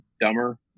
Dumber